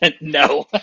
No